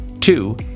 Two